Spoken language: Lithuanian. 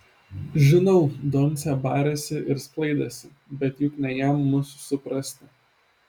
žinau doncė barėsi ir sklaidėsi bet juk ne jam mus suprasti